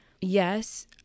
yes